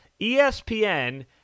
ESPN